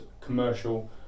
commercial